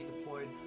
deployed